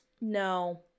No